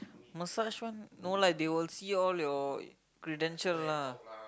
massage one no lah they will see all your credential lah